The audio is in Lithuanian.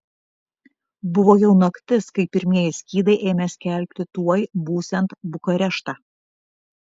buvo jau naktis kai pirmieji skydai ėmė skelbti tuoj būsiant bukareštą